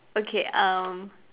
okay um